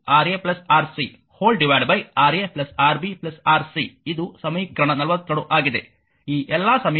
ಆದ್ದರಿಂದ R1 2 R1R3 Rb Ra Rc Ra Rb Rc ಇದು ಸಮೀಕರಣ 42 ಆಗಿದೆ